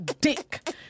dick